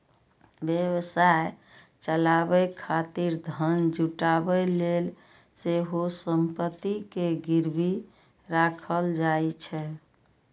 व्यवसाय चलाबै खातिर धन जुटाबै लेल सेहो संपत्ति कें गिरवी राखल जाइ छै